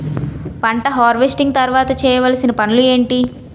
పంట హార్వెస్టింగ్ తర్వాత చేయవలసిన పనులు ఏంటి?